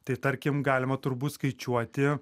tai tarkim galima turbūt skaičiuoti